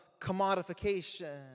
commodification